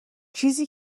چیزی